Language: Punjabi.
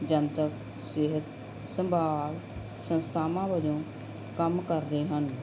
ਜਨਤਕ ਸਿਹਤ ਸੰਭਾਲ ਸੰਸਥਾਵਾਂ ਵਜੋਂ ਕੰਮ ਕਰਦੇ ਹਨ